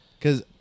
Cause